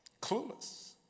clueless